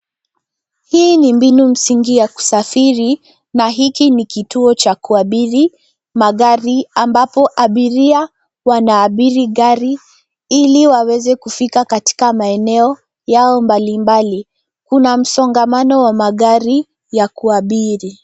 Hii ni mbinu msingi ya kusafiri na hiki ni kituo cha kuabiri magari ambapo abiria wanaabiri gari ili waweze kufika katika maeneo yao mbalimbali. Kuna msongamano wa magari ya kuabiri.